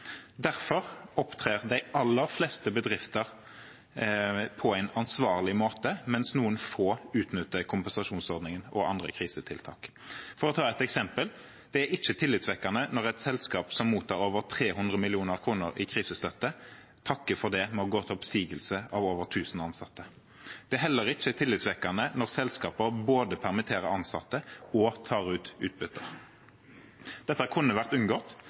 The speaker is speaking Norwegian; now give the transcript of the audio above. Derfor opptrer de aller fleste bedrifter på en ansvarlig måte, mens noen få utnytter kompensasjonsordningen og andre krisetiltak. For å ta et eksempel: Det er ikke tillitvekkende når et selskap som mottar over 300 mill. kr i krisestøtte, takker for det med å gå til oppsigelse av over 1 000 ansatte. Det er heller ikke tillitvekkende når selskaper både permitterer ansatte og tar ut utbytte. Dette kunne vært unngått,